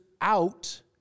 out